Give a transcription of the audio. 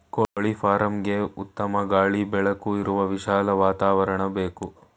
ಕೋಳಿ ಫಾರ್ಮ್ಗೆಗೆ ಉತ್ತಮ ಗಾಳಿ ಬೆಳಕು ಇರುವ ವಿಶಾಲ ವಾತಾವರಣ ಬೇಕು